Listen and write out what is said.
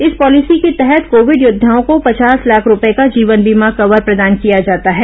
इस पॉलिसी के तहत कोविड योद्वाओं को पचास लाख रुपये का जीवन बीमा कवर प्रदान किया जाता है